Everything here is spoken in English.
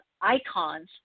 Icons